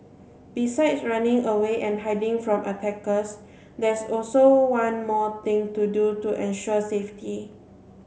besides running away and hiding from attackers there's also one more thing to do to ensure safety